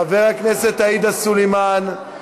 חברת הכנסת עאידה סלימאן,